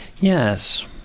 Yes